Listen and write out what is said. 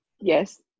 Yes